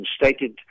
stated